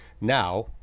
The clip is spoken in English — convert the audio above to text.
Now